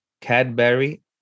Cadbury